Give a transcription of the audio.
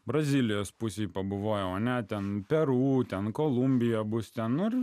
brazilijos pusėj pabuvojau ane ten peru ten kolumbija bus ten nu ir